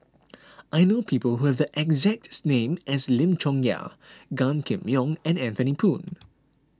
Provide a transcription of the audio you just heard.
I know people who have the exact this name as Lim Chong Yah Gan Kim Yong and Anthony Poon